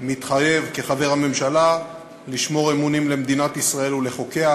מתחייב כחבר הממשלה לשמור אמונים למדינת ישראל ולחוקיה,